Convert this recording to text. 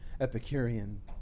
Epicurean